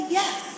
yes